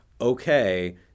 okay